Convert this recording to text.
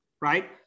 Right